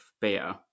beer